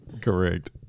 Correct